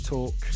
Talk